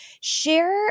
share